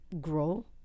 grow